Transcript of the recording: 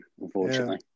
unfortunately